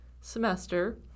semester